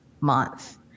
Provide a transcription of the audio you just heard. month